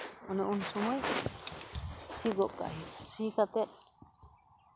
ᱚᱱᱮ ᱩᱱ ᱥᱚᱢᱚᱭ ᱥᱤ ᱜᱚᱜ ᱠᱟᱜ ᱦᱩᱭᱩᱜᱼᱟ ᱥᱤ ᱠᱟᱛᱮ